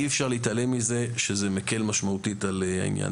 אי-אפשר להתעלם מכך שזה מקל משמעותית על העניין.